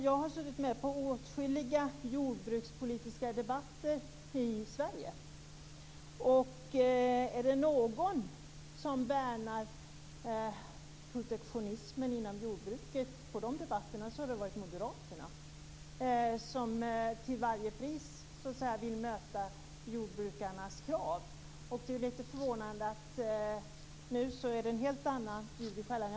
Jag har suttit med vid åtskilliga jordbrukspolitiska debatter i Sverige. Om några i de debatterna har värnat protektionismen inom jordbruket har det varit moderaterna, som till varje pris vill tillmötesgå jordbrukarnas krav. Det är lite förvånande att det nu är ett helt annat ljud i skällan.